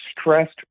stressed